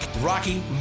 rocky